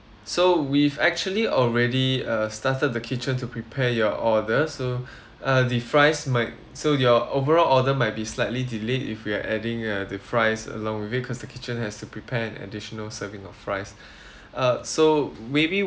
so we've actually already uh started the kitchen to prepare your order so uh the fries might so your overall order might be slightly delayed if you are adding uh the fries along with it cause the kitchen has to prepare an additional serving of fries uh so maybe